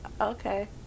Okay